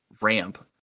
ramp